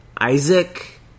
Isaac